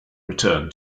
return